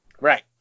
Right